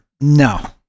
no